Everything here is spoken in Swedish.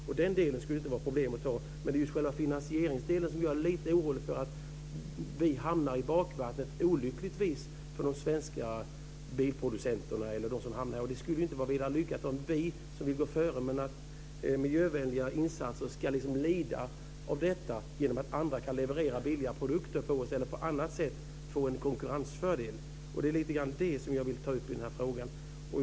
Detta ska det inte vara några problem med, men jag är lite orolig för att de svenska bilproducenterna på ett olyckligt sätt hamnar i bakvattnet när det gäller finansieringsdelen. Det skulle inte vara så lyckat om vi som vill gå före med miljövänliga insatser ska få lida för detta genom att andra kan leverera billigare produkter eller på annat sätt få en konkurrensfördel. Det är detta som jag vill ta upp.